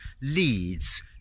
leads